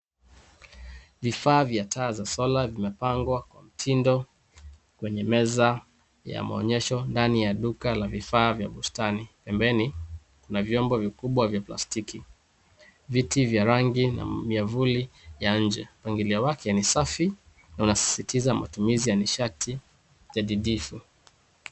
Vifaa vya taa za solar vimepangwa kwa mtindo kwenye meza ya maonyesho ndani ya duka la vifaa vya bustani. Pembeni, kuna vyombo vikubwa vya plastiki, viti vya rangi na miavuli ya nje. Mpangilio wake ni safi na unasisitiza matumizi ya nishati jadidifu.